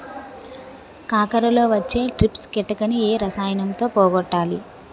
కాకరలో వచ్చే ట్రిప్స్ కిటకని ఏ రసాయనంతో పోగొట్టాలి?